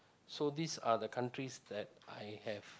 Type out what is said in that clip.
so these are the countries that I have